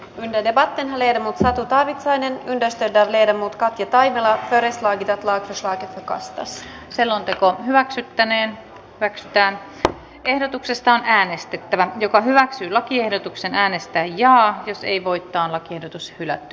linden eva leimutnato tarvitsee ennen kuin tästä yhtälöiden mutkat ja tai hakkereista eniten laitos sai kasteessa selonteko hyväksyttäneen perästään ehdotuksesta äänestettävä joka hyväksyi lakiehdotuksen äänestää jaa jos ei voittanut ehdotus hylätty